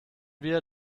wir